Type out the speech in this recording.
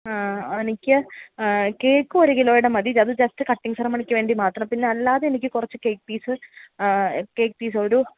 ആ എനിക്ക് കേക്ക് ഒരു കിലോയുടെ മതി അത് ജസ്റ്റ് കട്ടിംഗ് സെറിമണിക്ക് വേണ്ടി മാത്രം പിന്നെ അല്ലാതെനിക്ക് കുറച്ച് കേക്ക് പീസ് കേക്ക് പീസൊരു